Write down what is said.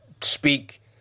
speak